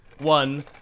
one